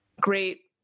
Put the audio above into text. great